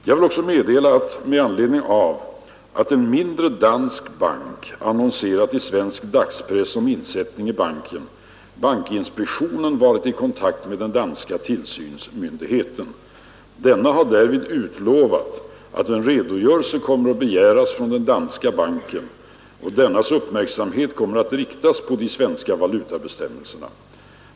Jag vill också meddela att, med anledning av att en mindre dansk bank annonserat i svensk dagspress om insättning i banken, bankinspektionen varit i kontakt med den danska tillsynsmyndigheten. Denna har därvid utlovat att en redogörelse kommer att begäras från den danska banken och att dennas uppmärksamhet kommer att riktas på de svenska valutabestämmelserna.